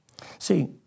See